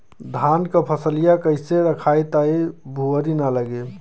धान क फसलिया कईसे रखाई ताकि भुवरी न लगे?